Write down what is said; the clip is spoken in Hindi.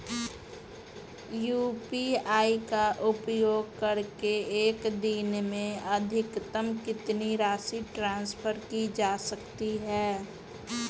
यू.पी.आई का उपयोग करके एक दिन में अधिकतम कितनी राशि ट्रांसफर की जा सकती है?